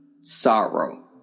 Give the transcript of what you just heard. sorrow